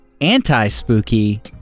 anti-spooky